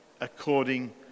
according